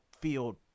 field